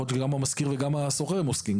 יכול להיות שגם המשכיר וגם השוכר הם עוסקים.